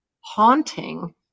haunting